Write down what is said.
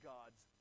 God's